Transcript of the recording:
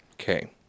Okay